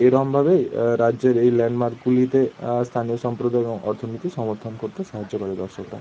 এরমভাবে রাজ্যের এই ল্যান্ডমার্কগুলিতে স্থানীয় সম্প্রদায় এবং অর্থনীতির সমর্থন করতে সাহায্য করে দর্শকরা